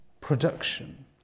production